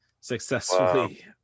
successfully